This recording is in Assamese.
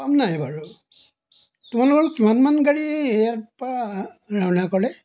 পাম নাই বাৰু তোমালোকৰ কিমানমান গাড়ী ইয়াৰ পৰা ৰাওনা কৰে